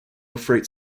freight